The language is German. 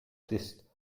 christ